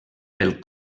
pel